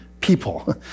people